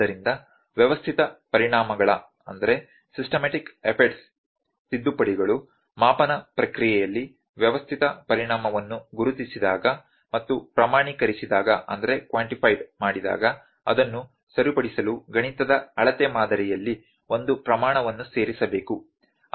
ಆದ್ದರಿಂದ ವ್ಯವಸ್ಥಿತ ಪರಿಣಾಮಗಳ ತಿದ್ದುಪಡಿಗಳು ಮಾಪನ ಪ್ರಕ್ರಿಯೆಯಲ್ಲಿ ವ್ಯವಸ್ಥಿತ ಪರಿಣಾಮವನ್ನು ಗುರುತಿಸಿದಾಗ ಮತ್ತು ಪ್ರಮಾಣೀಕರಿಸಿದಾಗ ಅದನ್ನು ಸರಿಪಡಿಸಲು ಗಣಿತದ ಅಳತೆ ಮಾದರಿಯಲ್ಲಿ ಒಂದು ಪ್ರಮಾಣವನ್ನು ಸೇರಿಸಬೇಕು